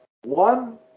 one